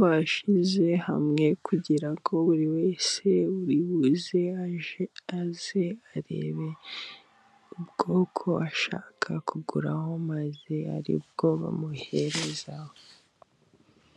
bashyize hamwe kugira ngo buri wese， uribuze，aze arebe ubwoko ashaka kuguraho， maze abe aribwo bamuherezaho.